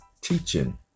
teaching